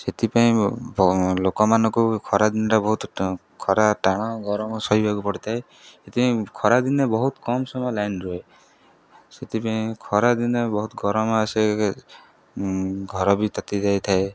ସେଥିପାଇଁ ଲୋକମାନଙ୍କୁ ଖରାଦିନଟା ବହୁତ ଖରା ଟାଣ ଗରମ ସହିବାକୁ ପଡ଼ିଥାଏ ସେଥିପାଇଁ ଖରାଦିନେ ବହୁତ କମ୍ ସମୟ ଲାଇନ୍ ରୁହେ ସେଥିପାଇଁ ଖରାଦିନେ ବହୁତ ଗରମ ଆସେ ଘର ବି ତାତି ଯାଇଥାଏ